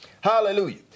Hallelujah